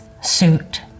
suit